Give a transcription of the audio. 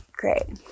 Great